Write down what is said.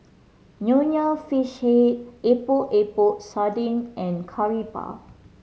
Nonya Fish Head Epok Epok Sardin and Curry Puff